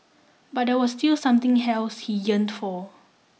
but there was still something else he yearned for